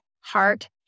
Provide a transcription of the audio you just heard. heart